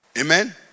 amen